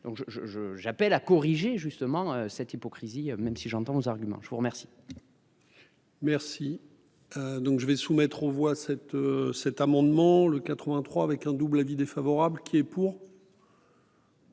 je j'appelle à corriger justement cette hypocrisie. Même si j'entends vos arguments. Je vous remercie. Merci. Donc je vais soumettre aux voix cet, cet amendement le 83 avec un double avis défavorable qui est pour.